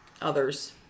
others